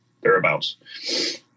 thereabouts